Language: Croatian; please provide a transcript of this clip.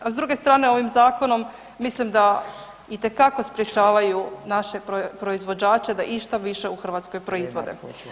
A s druge strane, ovim zakonom mislim da itekako sprječavaju naše proizvođače da išta više u Hrvatskoj proizvode.